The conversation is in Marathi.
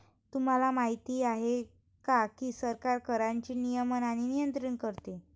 तुम्हाला माहिती आहे का की सरकार कराचे नियमन आणि नियंत्रण करते